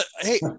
hey